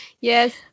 yes